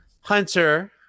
Hunter